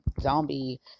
zombie